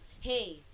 Hey